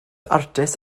artist